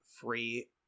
free